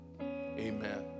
Amen